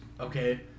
okay